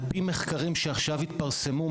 על פי מחקרים שעכשיו התפרסמו,